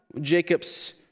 Jacob's